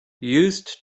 used